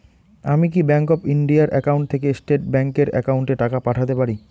আমি কি Bank of India এর একাউন্ট থেকে স্টেট ব্যাংক এর একাউন্টে টাকা পাঠাতে পারি?